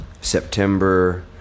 September